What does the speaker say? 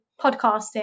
podcasting